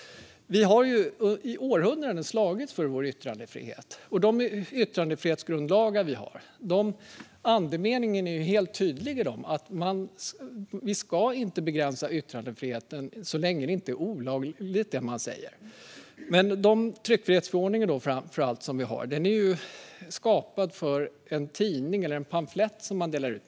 Vi har i århundraden slagits för vår yttrandefrihet. Andemeningen i de yttrandefrihetsgrundlagar vi har är helt tydlig: Vi ska inte begränsa yttrandefriheten så länge det som yttras inte är olagligt. Men tryckfrihetsförordningen är skapad för tidningar eller pamfletter som man delar ut.